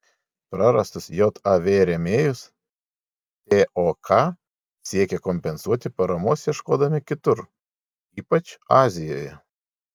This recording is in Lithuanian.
prarastus jav rėmėjus tok siekė kompensuoti paramos ieškodami kitur ypač azijoje